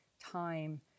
time